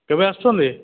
କେବେ ଆସୁଛନ୍ତି